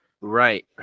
right